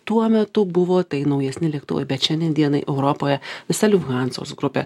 tuo metu buvo tai naujesni lėktuvai bet šiandien dienai europoje visa liufhanzos grupė